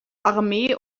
armee